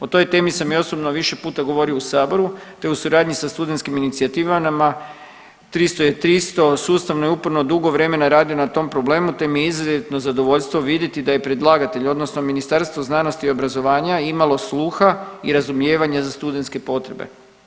O toj temi sam i osobno više puta govorio u saboru te u suradnji sa studentskim inicijativama 300 je 300, sustavno je uporno dugo vremena radio na tom problemu te mi je izuzetno zadovoljstvo vidjeti da je predlagatelj odnosno Ministarstvo znanosti i obrazovanja imalo sluha i razumijevanje za studentske potrebe.